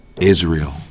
Israel